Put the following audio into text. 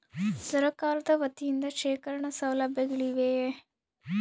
ಸರಕಾರದ ವತಿಯಿಂದ ಶೇಖರಣ ಸೌಲಭ್ಯಗಳಿವೆಯೇ?